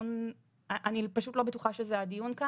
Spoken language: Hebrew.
- אני פשוט לא בטוחה שזה הדיון כאן,